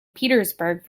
petersburg